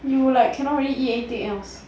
you'll like cannot really eat anything else